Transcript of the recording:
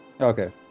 Okay